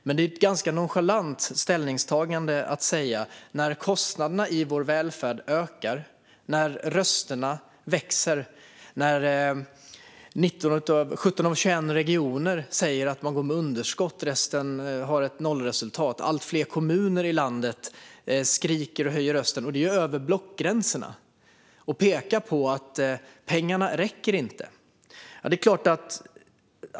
Men det är ett ganska nonchalant ställningstagande att säga det när kostnaderna i vår välfärd ökar, när rösterna höjs, när 17 av 21 regioner säger att de går med underskott och när resten har ett nollresultat. Allt fler kommuner i landet skriker och höjer rösten, och det är över blockgränserna, och pekar på att pengarna inte räcker.